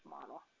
model